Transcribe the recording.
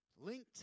Linked